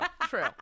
true